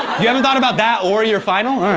you haven't thought about that or your final? alright.